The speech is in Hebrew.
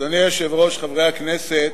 אדוני היושב-ראש, חברי הכנסת,